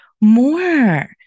more